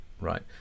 Right